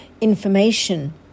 information